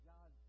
God